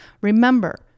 Remember